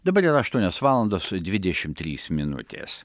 dabar yra aštuonios valandos dvidešimt trys minutės